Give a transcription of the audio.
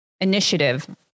initiative